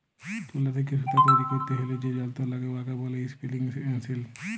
তুলা থ্যাইকে সুতা তৈরি ক্যইরতে হ্যলে যে যল্তর ল্যাগে উয়াকে ব্যলে ইস্পিলিং মেশীল